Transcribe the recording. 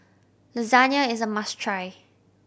lasagna is a must try